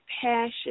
passion